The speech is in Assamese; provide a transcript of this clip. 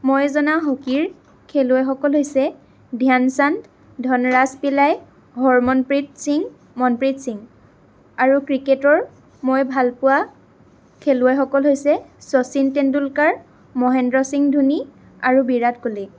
মই জনা হকীৰ খেলুৱৈসকল হৈছে ধ্যানচান্দ ধনৰাজ পিল্লাই হৰমনপ্ৰিত সিং মনপ্ৰিত সিং আৰু ক্ৰিকেটৰ মই ভালপোৱা খেলুৱৈসকল হৈছে শচীন টেণ্ডুলকাৰ মহেন্দ্ৰ সিং ধোনি আৰু বিৰাট কোহলি